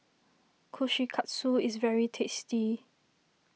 Kushikatsu is very tasty